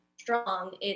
strong